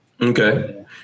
Okay